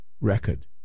record